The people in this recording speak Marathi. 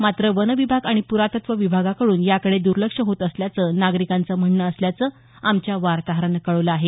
मात्र वन विभाग आणि प्रातत्व विभागाकडून याकडे दर्लक्ष होत असल्याचं नागरिकांचं म्हणणं असल्याचं आमच्या वार्ताहरानं कळवलं आहे